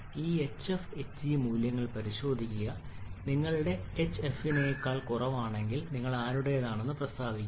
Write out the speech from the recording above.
ഈ HF HG മൂല്യങ്ങൾ പരിശോധിക്കുക നിങ്ങളുടെ എച്ച് എച്ച്എഫിനേക്കാൾ കുറവാണെങ്കിൽ നിങ്ങൾ ആരുടേതാണെന്ന് പ്രസ്താവിക്കുന്നു